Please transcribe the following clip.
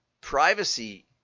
privacy